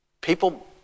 people